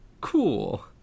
cool